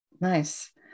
Nice